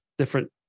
different